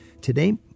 Today